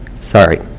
sorry